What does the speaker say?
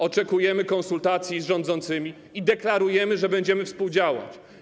Oczekujemy konsultacji z rządzącymi i deklarujemy, że będziemy współdziałać.